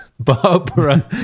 Barbara